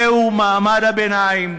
זהו מעמד הביניים,